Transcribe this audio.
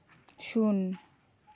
ᱥᱩᱱ